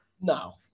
No